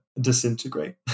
disintegrate